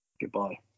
Goodbye